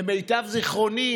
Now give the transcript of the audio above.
למיטב זיכרוני,